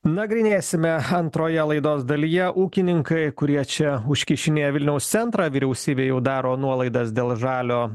nagrinėsime antroje laidos dalyje ūkininkai kurie čia užkišinėja vilniaus centrą vyriausybė jau daro nuolaidas dėl žalio